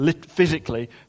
physically